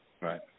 Right